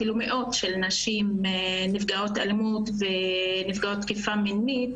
אפילו מאות של נשים נפגעות אלימות ונפגעות תקיפה מינית,